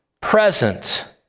present